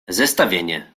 zestawienie